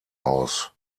aus